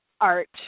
art